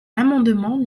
l’amendement